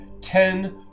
ten